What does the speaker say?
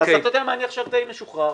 אני עכשיו די משוחרר